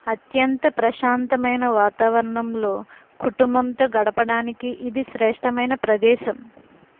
అత్యంత ప్రశాంతమైన వాతావరణంలో కుటుంబంతో గడపడానికి ఇది శ్రేష్టమైన ప్రదేశం